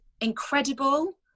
incredible